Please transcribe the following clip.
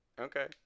Okay